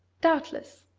doubtless!